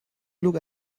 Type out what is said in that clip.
look